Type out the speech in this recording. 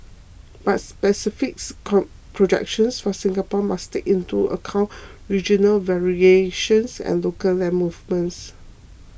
but specific projections for Singapore must take into account regional variations and local land movements